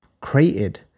created